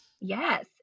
Yes